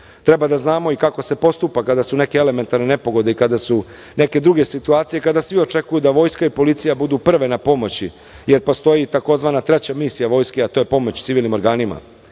decu. Treba da znamo i kako se postupa kada su neke elementarne nepogode i kada su neke druge situacije i kada svi očekuju da vojska i policija budu prve na pomoći, jer postoji tzv. "treća misija" vojske, a to je pomoć civilnim organima. Takođe,